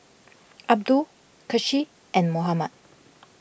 Abdul Kasih and Muhammad